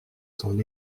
son